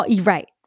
Right